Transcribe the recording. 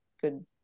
good